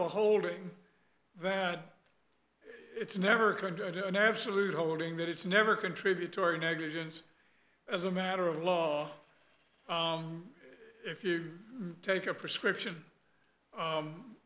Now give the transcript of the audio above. holding that it's never going to an absolute holding that it's never contributory negligence as a matter of law if you take your prescription